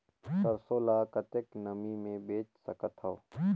सरसो ल कतेक नमी मे बेच सकथव?